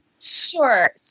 Sure